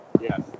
Yes